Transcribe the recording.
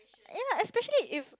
ya especially if